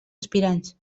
aspirants